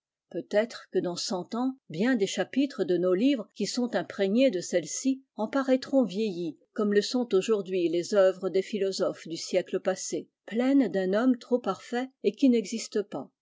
peut-être que dans cent ans bien des chapitres de nos livres qui sont imprégnés de celle-ci en paraîtront vieillis comme le sont aujourd'hui les œuvres des philosophes du siècle passé pleines d'un homme trop parfait et qui n'existe pas